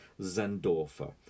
Zendorfer